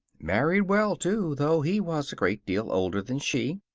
married well, too, though he was a great deal older than she.